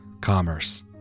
commerce